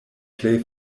plej